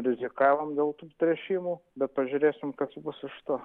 rizikavom dėl tų tręšimų bet pažiūrėsim kas bus iš to